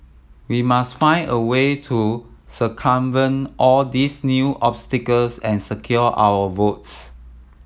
we must find a way to circumvent all these new obstacles and secure our votes